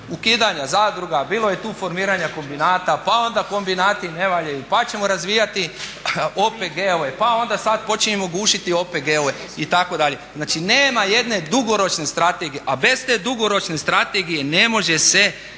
ukidanja zadruga, bilo je tu formiranja kombinata, pa onda kombinati ne valjaju, pa ćemo razvijati OPG-ove pa onda sada počinjemo gušiti OPG-ove itd. znači nema jedne dugoročne strategije, a bez te dugoročne strategije ne može se